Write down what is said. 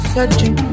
Searching